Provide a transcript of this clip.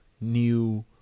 new